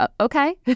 okay